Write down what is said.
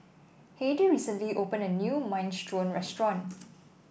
Heidy recently opened a new Minestrone restaurant